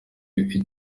iki